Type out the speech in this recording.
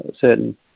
certain